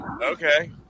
Okay